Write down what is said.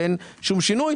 ואין שום שינוי,